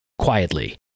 quietly